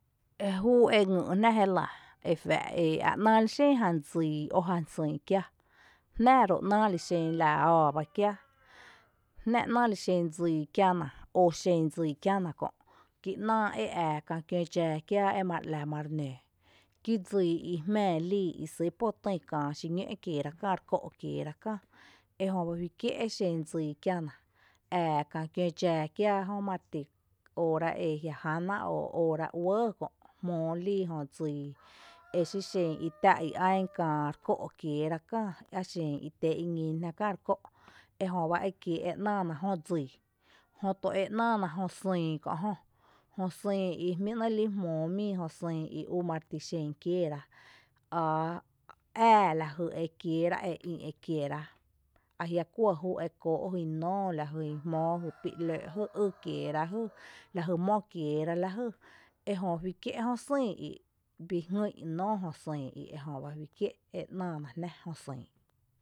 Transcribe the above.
Ejúú e ngý’ jná jé lⱥ e faa’ ee a ‘náa lixen jan dsii o jan sÿÿ kiaa jná jö ‘naa lixen la áá bá kiaa jná ‘naa lixen dsii kiana, o xen dsii kiana kö’ kí ‘náa e ää kää kiǿ dxⱥⱥ kiⱥⱥ mare ‘la mare nǿǿ kí dsíi i jmⱥⱥ líi í sý’ pó tÿ kⱥⱥ xi ñǿ’ kieera, kⱥⱥ re kó’ kieera kⱥⱥ ejö ba fí kié’ exen dsii kiäna, ⱥⱥ kⱥⱥ kiǿ dxaa kiáa jö emare ti óora eajia’ jána o óora uɇɇ kö’ jmóo lii jö dsii exí xen i tⱥ’ i án kⱥⱥ rekó’ kieera kⱥⱥ axen i tén i ñín jná kⱥⱥ rekó’ ejöba ekiee’ e ‘naa na jö dsii. Jöto e ‘naana jö sÿÿ kö’ jö, jó sÿÿ i jmí’ ‘né’ lii’ jmóo mii jö sÿÿ i ú mareti xen kieera áá, ⱥⱥ lajy ekieera e ÿ’ ekiera ajia’ kuɇ júu e kóo’ jyn nóo lajyn jmóo e pilɇ’ jý ekieera lajy mó kieera lajy ejö fí kié’ jö sÿÿ i, bii jngý’n nóo jö sÿÿ i ejö ba fí kié’ e ‘naana jná jö xÿÿ.